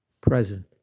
present